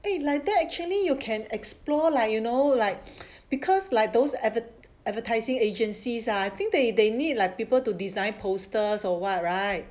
eh like that actually you can explore like you know like because like those at the advertising agencies ah I think they they need like people to design posters or what right